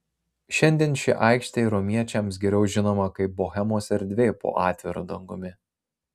šiandien ši aikštė romiečiams geriau žinoma kaip bohemos erdvė po atviru dangumi